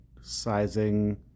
sizing